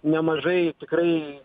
nemažai tikrai